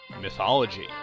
mythology